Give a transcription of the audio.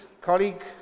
colleague